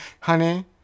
honey